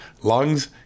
lungs